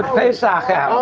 play soccer. all